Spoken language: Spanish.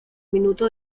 minuto